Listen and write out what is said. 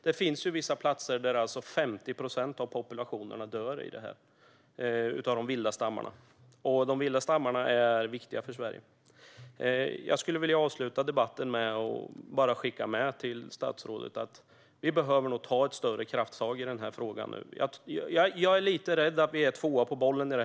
Det finns vissa platser där 50 procent av populationerna dör av detta - det gäller de vilda stammarna. Och de vilda stammarna är viktiga för Sverige. Jag skulle vilja avsluta debatten med att skicka med till statsrådet att vi nu behöver ta större krafttag i denna fråga. Jag är lite rädd att vi är tvåa på bollen.